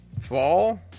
fall